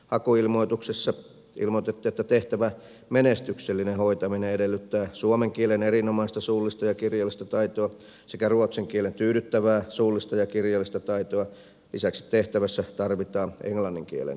hakuilmoituksessa ilmoitettiin että tehtävän menestyksellinen hoitaminen edellyttää suomen kielen erinomaista suullista ja kirjallista taitoa sekä ruotsin kielen tyydyttävää suullista ja kirjallista taitoa lisäksi tehtävässä tarvitaan englannin kielen taitoa